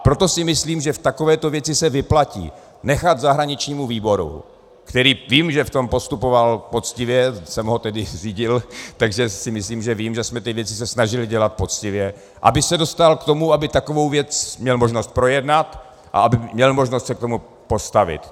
Proto si myslím, že v takovéto věci se vyplatí nechat zahraničnímu výboru, který vím, že v tom postupoval poctivě, já jsem ho řídil, takže si myslím, že vím, že jsme se ty věci snažili dělat poctivě, aby se dostal k tomu, aby takovou věc měl možnost projednat a aby měl možnost se k tomu postavit.